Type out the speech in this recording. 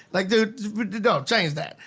like dude change that,